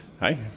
Hi